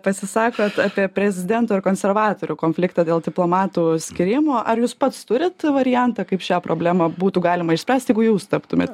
pasisakot apie prezidento ir konservatorių konfliktą dėl diplomatų skyrimo ar jūs pats turit variantą kaip šią problemą būtų galima išspręst jeigu jūs taptumėt